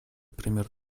пример